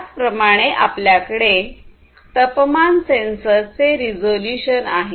त्याचप्रमाणे आपल्याकडे तपमान सेन्सरचे रिझोल्युशन आहे